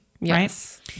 Yes